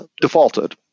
defaulted